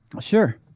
Sure